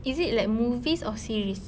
is it like movies or series